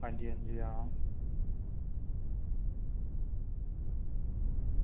आं जी आं जी आं